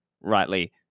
rightly